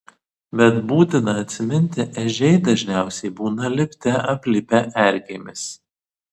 bet būtina atsiminti ežiai dažniausiai būna lipte aplipę erkėmis